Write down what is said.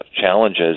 challenges